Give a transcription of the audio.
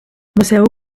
moseo